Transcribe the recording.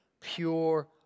pure